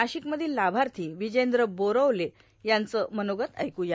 नाशिकमधील लाभार्थी विजेंद्र बोरोवळे यांचं मनोगत ऐकूया